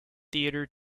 theatre